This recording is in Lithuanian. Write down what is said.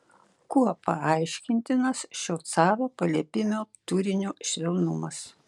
kuo paaiškintinas šio caro paliepimo turinio švelnumas